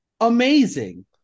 amazing